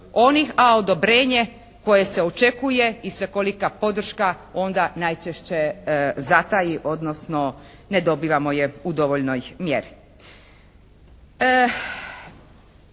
a odobrenje koje se očekuje i svekolika podrška onda najčešće zataji, odnosno ne dobivamo je u dovoljnoj mjeri.